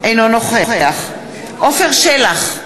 אינו נוכח עפר שלח,